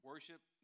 Worship